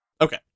Okay